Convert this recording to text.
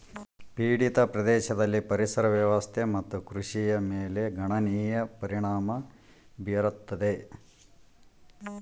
ಪೀಡಿತ ಪ್ರದೇಶದಲ್ಲಿ ಪರಿಸರ ವ್ಯವಸ್ಥೆ ಮತ್ತು ಕೃಷಿಯ ಮೇಲೆ ಗಣನೀಯ ಪರಿಣಾಮ ಬೀರತದ